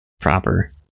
proper